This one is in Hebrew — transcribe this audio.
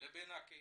לבין הקהילה,